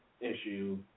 issue